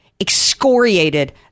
excoriated